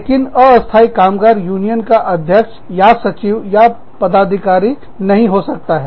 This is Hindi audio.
लेकिन अस्थाई कामगार यूनियन का अध्यक्ष या सचिव या पदाधिकारी नहीं हो सकता है